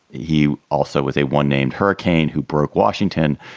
he also was a one named hurrican who broke washington.